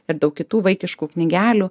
ir daug kitų vaikiškų knygelių